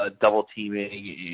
double-teaming